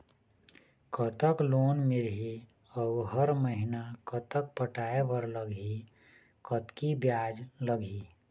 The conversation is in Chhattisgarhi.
कतक लोन मिलही अऊ हर महीना कतक पटाए बर लगही, कतकी ब्याज लगही?